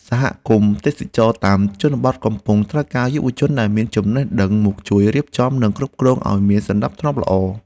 សហគមន៍ទេសចរណ៍តាមជនបទកំពុងត្រូវការយុវជនដែលមានចំណេះដឹងមកជួយរៀបចំ និងគ្រប់គ្រងឱ្យមានសណ្តាប់ធ្នាប់ល្អ។